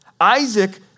Isaac